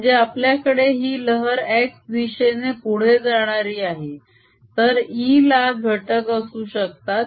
म्हणजे आपल्याकडे ही लहर x दिशेने पुढे जाणारी आहे तर E ला घटक असू शकतात